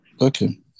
okay